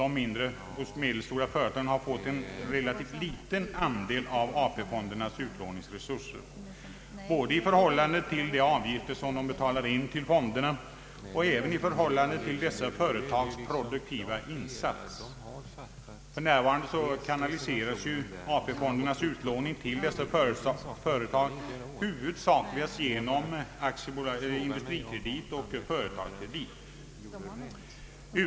De mindre och medelstora företagen har fått en relativt liten andel av dessa fonders utlåningsresurser, både i förhållande till de avgifter som de betalar in till fonderna och även i förhållande till dessa företags produktiva insats. För närvarande kanaliseras AP-fondernas utlåning till dessa företag huvudsakligen genom AB Industrikredit och AB Företagskredit.